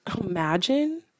imagine